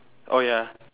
oh ya